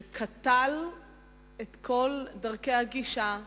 שקטל את כל דרכי הגישה,